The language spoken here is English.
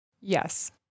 Yes